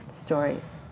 stories